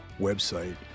website